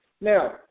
Now